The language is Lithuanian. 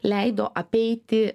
leido apeiti